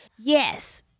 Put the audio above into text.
Yes